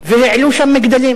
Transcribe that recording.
והעלו שם מגדלים.